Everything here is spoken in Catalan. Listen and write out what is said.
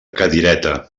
cadireta